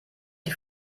die